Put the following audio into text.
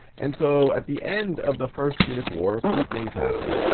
and so, at the end of the first punic war, a few things happened.